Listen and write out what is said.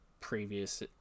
previous